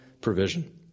provision